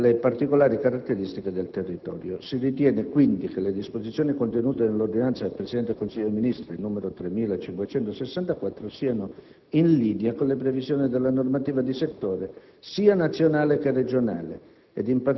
alle particolari caratteristiche del territorio. Si ritiene, quindi, che le disposizioni contenute nell'ordinanza del Presidente del Consiglio dei ministri n. 3564 siano in linea con le previsioni della normativa di settore, sia nazionale che regionale